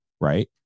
right